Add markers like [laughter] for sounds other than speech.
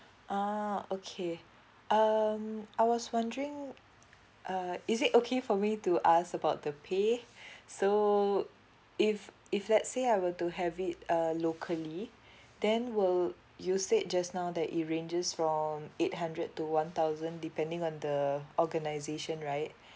uh okay um I was wondering uh is it okay for me to ask about the pay [breath] so if if let's say I were to have it uh locally then will you said just now that it ranges from eight hundred to one thousand depending on the organization right